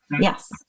Yes